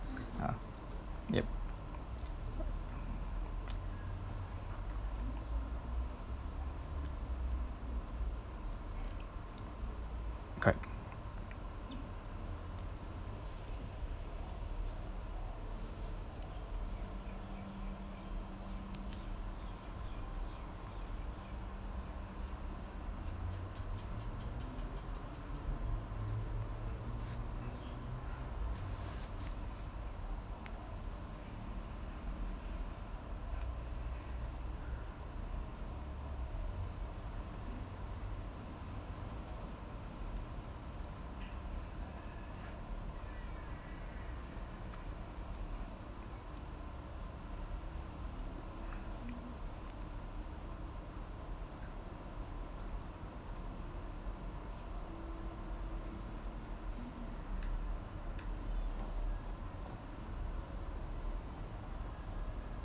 um yep correct